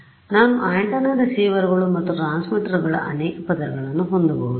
ಆದ್ದರಿಂದ ನಾನು ಆಂಟೆನಾ ರಿಸೀವರ್ಗಳು ಮತ್ತು ಟ್ರಾನ್ಸ್ಮಿಟರ್ಗಳ ಅನೇಕ ಪದರಗಳನ್ನು ಹೊಂದಬಹುದು